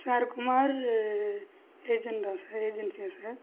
sir Kumar ஏஜென்ட்டா sir ஏஜென்சியா sir